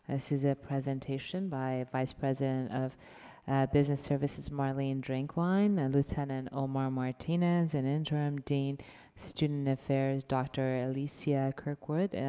this is a presentation by vice-president of business services, marlene drinkwine, and lieutenant omar martinez, and interim dean of student affairs, dr. alicia kirkwood. and